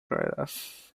ruedas